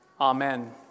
amen